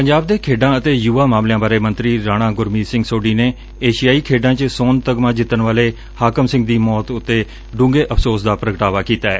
ਪੰਜਾਬ ਦੇ ਖੇਡਾਂ ਅਤੇ ਯੁਵਾ ਮਾਮਲਿਆਂ ਬਾਰੇ ਮੰਤੀ ਰਾਣਾ ਗੁਰਮੀਤ ਸਿੰਘ ਸੋਢੀ ਨੇ ਏਸ਼ਿਆਈ ਖੇਡਾਂ ਚ ਸੋਨ ਤਗਮਾ ਜਿੱਤਣ ਵਾਲੇ ਹਾਕਮ ਸਿੰਘ ਦੀ ਮੌਤ ਤੇ ਡੂੰਘੇ ਅਫ਼ਸੋਸ ਦਾ ਪ੍ਰਗਟਾਵਾ ਕੀਤੈ